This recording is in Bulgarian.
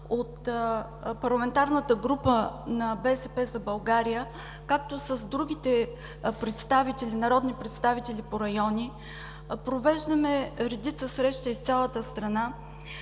от парламентарната група на „БСП за България“, както с другите народни представители по райони, провеждаме редица срещи из цялата страна